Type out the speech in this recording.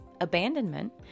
abandonment